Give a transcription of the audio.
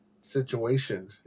situation